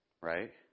Right